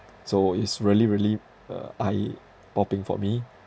so it's really really uh eye popping for me